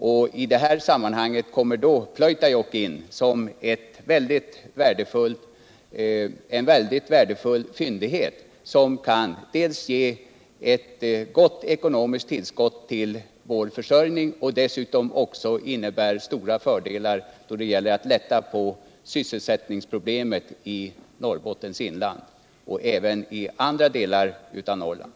I det sammanhanget kommer Pleutajokk in som en mycket värdefull fyndighet som kan dels ge ett gouw ckonomiskt ullskott till vår försörjning, dels innebära stora fördelar då det gäller att lätta på sysselsättningsproblemet I Norrbottens inland, och även i andra delar av landet.